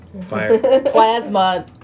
plasma